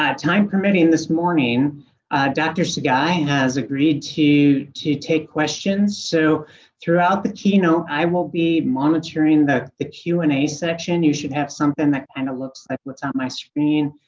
time permitting, this morning doctor sugai has agreed to to take questions. so throughout the keynote i will be monitoring the the q and a section. you should have something that kind of looks like what's on my screen.